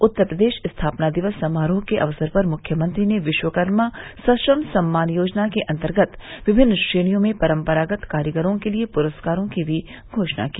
उत्तर प्रदेश स्थापना दिवस समारोह के अवसर पर मृख्यमंत्री ने विश्वकर्मा सश्रम सम्मान योजना के अन्तर्गत विभिन्न श्रेणियों में परम्परागत कारीगरों के लिये प्रस्कारों की भी घोषणा की